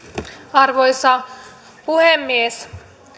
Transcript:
arvoisa puhemies